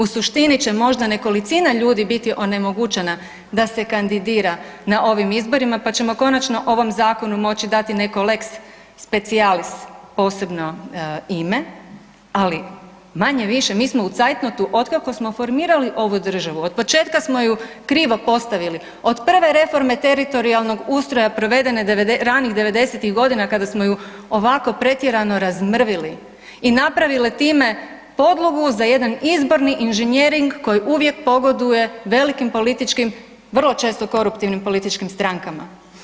U suštini će možda nekolicina ljudi biti onemogućena da se kandidira na ovim izborima pa ćemo konačno ovom zakonu moći dati neko lex specialis posebno ime, ali manje-više mi smo u zeitnotu od kada smo formirali ovu državu, od početka smo ju krivo postavili, od prve reforme teritorijalnog ustroja provedene ranih devedesetih godina kada smo ju ovako pretjerano razmrvili i napravili time podlogu za jedan izborni inženjering koji uvijek pogoduje velikim političkim, vrlo često koruptivnim političkim strankama.